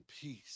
peace